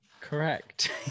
correct